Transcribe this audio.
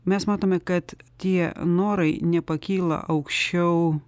mes matome kad tie norai nepakyla aukščiau